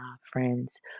friends